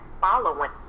following